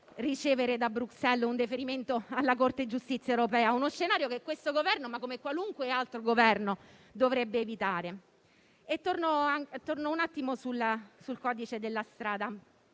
ricevere da Bruxelles un deferimento alla Corte di giustizia europea, uno scenario che questo Governo, come qualunque altro Governo, dovrebbe evitare. Tornando al codice della strada,